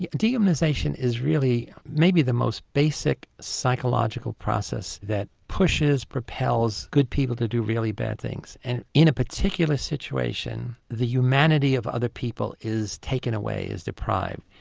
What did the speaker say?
dehumanisation is really maybe the most basic psychological process that pushes, propels good people to do really bad things. and in a particular situation the humanity of other people is taken away, is deprived.